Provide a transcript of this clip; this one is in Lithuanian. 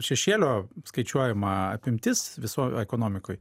šešėlio skaičiuojama apimtis visoj ekonomikoj